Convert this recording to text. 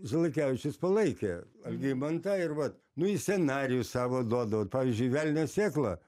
žalakevičius palaikė algimantą ir vat nu jis scenarijus savo duodavo pavyzdžiui velnio sėkla